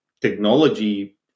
technology